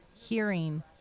hearing